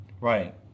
right